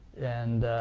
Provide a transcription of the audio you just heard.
and